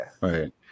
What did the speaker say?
right